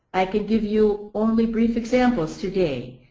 i could give you only brief examples today.